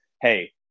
hey